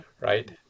Right